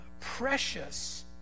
precious